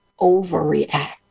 overreact